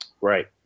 Right